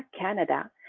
Canada